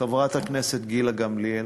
חברת הכנסת גילה גמליאל,